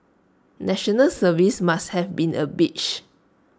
National Service must have been A bitch